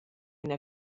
ina